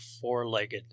four-legged